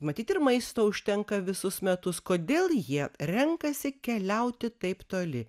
matyt ir maisto užtenka visus metus kodėl jie renkasi keliauti taip toli